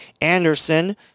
Anderson